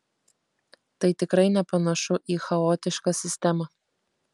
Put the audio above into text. tai tikrai nepanašu į chaotišką sistemą